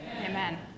Amen